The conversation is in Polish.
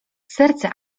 serce